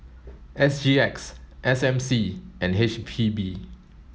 S G X S M C and H P B